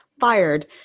fired